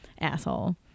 asshole